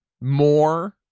More